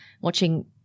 watching